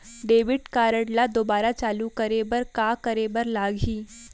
Debit card ला दोबारा चालू करे बर का करे बर लागही?